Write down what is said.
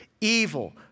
evil